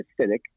acidic